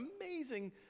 amazing